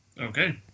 Okay